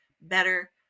better